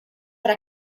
para